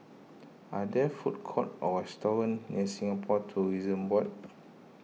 are there food court or restaurant near Singapore Tourism Board